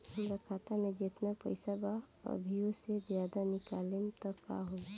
हमरा खाता मे जेतना पईसा बा अभीओसे ज्यादा निकालेम त का होई?